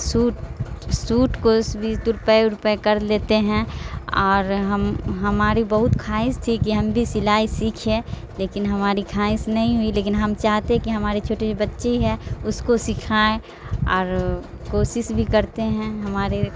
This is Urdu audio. سوٹ سوٹ کوس بھی ترپائی ترپائی کر لیتے ہیں اور ہم ہماری بہت خواہش تھی کہ ہم بھی سلائی سیکھے لیکن ہماری خواہش نہیں ہوئی لیکن ہم چاہتے کہ ہمارے چھوٹے بچی ہے اس کو سکھائیں اور کوشس بھی کرتے ہیں ہمارے